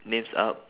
names up